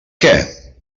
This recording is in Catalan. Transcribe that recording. què